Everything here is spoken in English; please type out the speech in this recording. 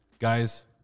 Guys